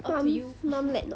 mom mom let not